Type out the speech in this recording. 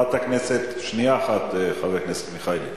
--- שנייה אחת, חבר הכנסת מיכאלי.